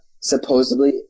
supposedly